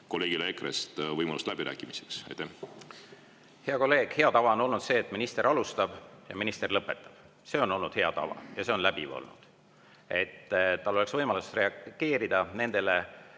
kolleegile EKRE‑st võimalust läbi rääkida? Hea kolleeg, hea tava on olnud see, et minister alustab ja minister lõpetab. See on olnud hea tava ja see on olnud läbiv, et tal oleks võimalus reageerida nende